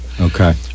Okay